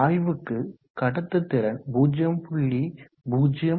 வாயுக்கு கடத்துத்திறன் 0